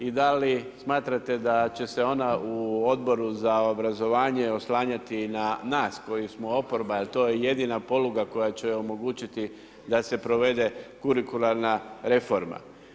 I da li smatrate da će se ona u Odboru za obrazovanje oslanjati na nas koji smo oporba jer to je jedina poluga koja će omogućiti da se provede kurikularna reforma.